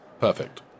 Perfect